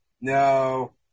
No